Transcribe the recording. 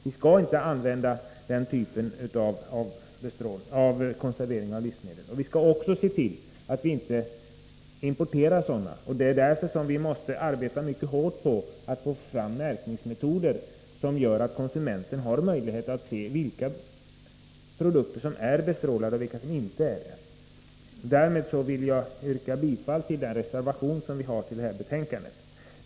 Vi skallinte använda denna typ av konservering. Och vi skall också se till att vi inte importerar bestrålade livsmedel. Det är därför som vi måste arbeta mycket hårt på att få fram märkningsmetoder som gör att konsumenten har möjlighet att se vilka produkter som är bestrålade och vilka som inte är det. Därmed vill jag yrka bifall till den reservation som vi har fogat till detta betänkande.